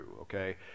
Okay